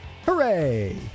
Hooray